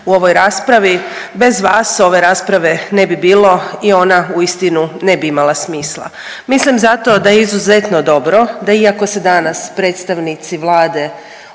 u ovoj raspravi. Bez vas ove rasprave ne bi bilo i ona uistinu ne bi imala smisla. Mislim zato da je izuzetno dobro, da iako se danas predstavnici Vlade